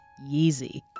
Yeezy